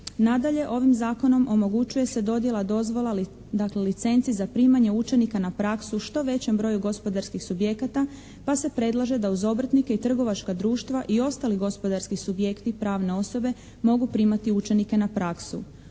Nadalje ovim Zakonom omogućuje se dodjela dozvola dakle licenci za primanje učenika na praksu u što većem broju gospodarskih subjekata pa se predlaže da uz obrtnike i trgovačka društva i ostali gospodarski subjekti i pravne osobe mogu primati učenike na praksu.